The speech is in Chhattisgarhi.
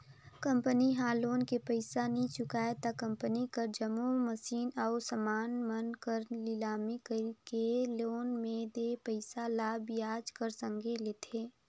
कंपनी ह लोन के पइसा नी चुकाय त कंपनी कर जम्मो मसीन अउ समान मन कर लिलामी कइरके लोन में देय पइसा ल बियाज कर संघे लेथे